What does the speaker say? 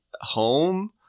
home